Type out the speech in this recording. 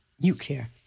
nuclear